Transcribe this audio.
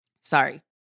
sorry